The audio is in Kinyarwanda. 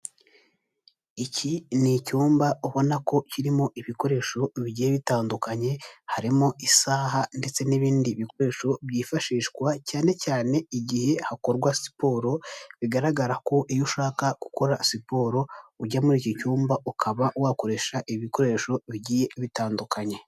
Iki ni icyumba ubona ko kirimo ibikoresho bigiye bitandukanye, harimo isaha ndetse n'ibindi bikoresho byifashishwa cyane cyane igihe hakorwa siporo, bigaragara ko iyo ushaka gukora siporo ujya muri iki cyumba, ukaba wakoresha ibikoresho bitandukanye.